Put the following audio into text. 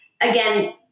Again